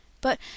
But